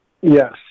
Yes